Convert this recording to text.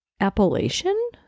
appellation